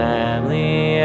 Family